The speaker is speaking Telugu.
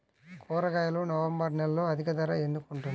కూరగాయలు నవంబర్ నెలలో అధిక ధర ఎందుకు ఉంటుంది?